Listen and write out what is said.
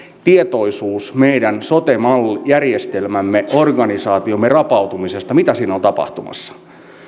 tietoisuudessa meidän sote järjestelmämme organisaation rapautumisesta mitä siinä on tapahtumassa